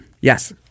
Yes